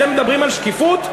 אתם מדברים על שקיפות?